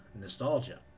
nostalgia